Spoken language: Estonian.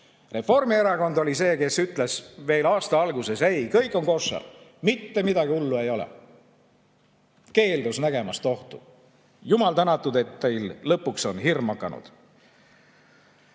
Reformierakond oli see, kes ütles veel aasta alguses: ei, kõik on koššer, mitte midagi hullu ei ole. Keeldus nägemast ohtu. Jumal tänatud, et teil lõpuks on hirm hakanud.